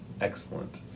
excellent